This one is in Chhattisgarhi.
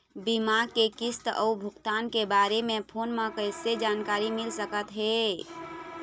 बीमा के किस्त अऊ भुगतान के बारे मे फोन म कइसे जानकारी मिल सकत हे?